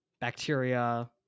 bacteria